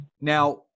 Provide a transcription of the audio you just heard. Now